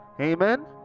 amen